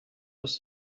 was